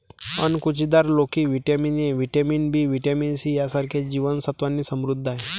अणकुचीदार लोकी vitamin A, vitamin B, vitamin C यांसारख्या जीवन सत्त्वांनी समृद्ध आहे